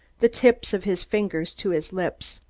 the tips of his fingers to his lips.